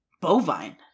Bovine